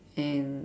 and